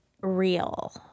real